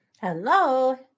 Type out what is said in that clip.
Hello